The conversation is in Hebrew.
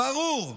ברור,